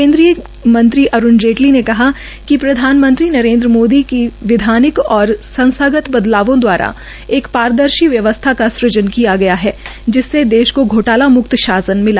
केन्द्रीय मंत्री अरूण जेटली ने कहा कि प्रधानमंत्री नरेन्द्र मोदी ने विधायक और संस्थागत बदलावों दवारा एक पारदर्शी व्यवस्था का सृजन किया है जिसे देश को घोटाला मुक्त शासन मिला